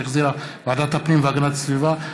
שהחזירה ועדת הפנים והגנת הסביבה,